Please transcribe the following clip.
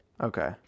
Okay